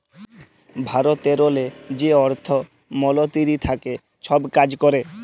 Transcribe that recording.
ভারতেরলে যে অর্থ মলতিরি থ্যাকে ছব কাজ ক্যরে